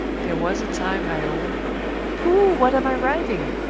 there was a time, i own pooh! what am i writing?